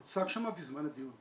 הוא הוצג שם בזמן הדיון.